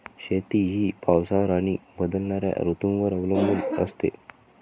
शेती ही पावसावर आणि बदलणाऱ्या ऋतूंवर अवलंबून असते